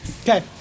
Okay